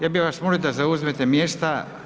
Ja bi vas molio da zauzmete mjesta.